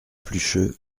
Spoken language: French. plucheux